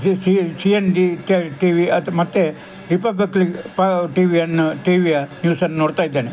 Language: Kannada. G C C N G ಟ್ ಟಿ ವಿ ಅದು ಮತ್ತೆ ರಿಪಬ್ಬ್ಲಿಕ್ ಪ ಟಿ ವಿಯನ್ನು ಟಿ ವಿಯ ನ್ಯೂಸನ್ನು ನೋಡ್ತಾಯಿದ್ದೇನೆ